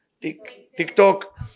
TikTok